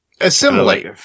assimilate